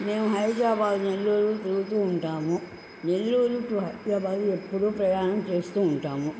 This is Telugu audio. మేము హైదరాబాద్ నెల్లూరు తిరుతు ఉంటాము నెల్లూరు టు హైదరాబాద్ ఎప్పుడు ప్రయాణం చేస్తు ఉంటాము